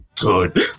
good